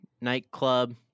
Nightclub